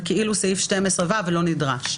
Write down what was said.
ואז סעיף 12(ו) לא נדרש.